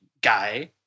guy